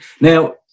Now